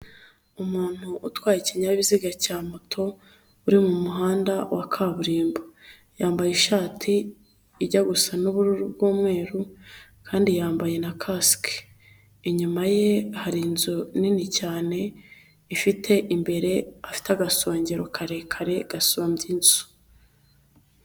Umuntu utwaye ikinyabiziga cya moto, uri mu muhanda wa kaburimbo, yambaye ishati ijya gusa n'ubururu bw'umweru kandi yambaye na kasike, inyuma ye hari inzu nini cyane, ifite imbere afite agasongero karekare gasumbye inzu.